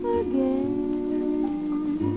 again